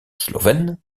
slovène